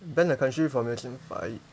ban the country from making five